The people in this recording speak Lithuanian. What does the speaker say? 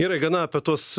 gerai gana apie tuos